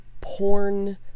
porn